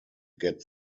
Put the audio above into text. get